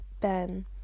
Ben